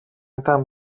ήταν